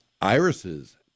Irises